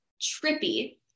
trippy